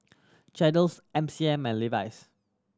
M C M and Levi's